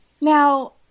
Now